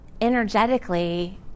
Energetically